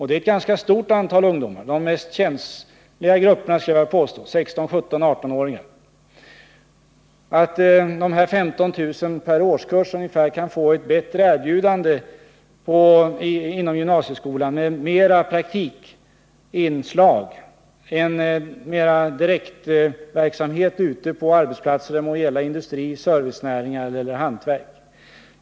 Det är ett ganska stort antal ungdomar, och jag skulle vilja påstå att det är de mest känsliga grupperna, alltså 16—18-åringarna. Förslaget innebär att dessa 15 000 per årskurs kan få ett bättre erbjudande inom gymnasieskolan med mera praktikinslag, mera direktverksamhet ute på arbetsplatser, det må gälla industri, servicenäringar eller hantverk.